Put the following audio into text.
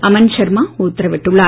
அமன் ஷர்மா உத்தரவிட்டுள்ளார்